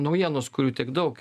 naujienos kurių tiek daug